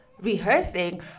rehearsing